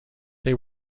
they